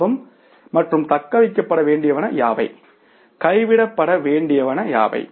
லாபம் மற்றும் தக்கவைக்கப்பட வேண்டியவன யாவை கைவிடப்பட வேண்டியவன யாவை